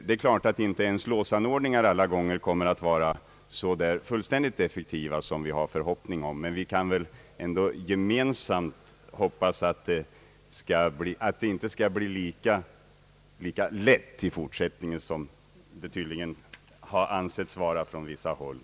Det är klart att inte ens låsanordningar alla gånger kommer att vara så fullständigt effektiva som vi vill förvänta. Men vi kan väl ändå gemensamt hoppas att det i fortsättningen inte skall bli lika lätt att komma åt vapen som det på vissa håll tydligen har ansetts vara.